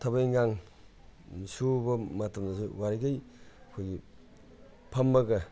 ꯊꯕꯛ ꯏꯟꯈꯥꯡ ꯁꯨꯕ ꯃꯇꯝꯗꯁꯨ ꯌꯥꯔꯤꯒꯩ ꯑꯩꯈꯣꯏꯒꯤ ꯐꯝꯃꯒ